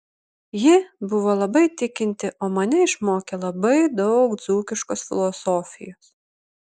ji buvo labai tikinti o mane išmokė labai daug dzūkiškos filosofijos